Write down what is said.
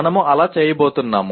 మనము అలా చేయబోతున్నాం